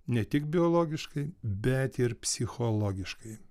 ne tik biologiškai bet ir psichologiškai